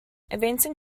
advancing